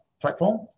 platform